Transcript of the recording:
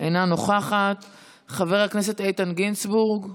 חברת הכנסת תמר זנדברג,